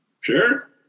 sure